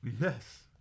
Yes